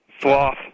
Sloth